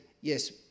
yes